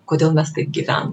kodėl mes taip gyvenam